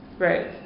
Right